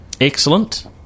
Excellent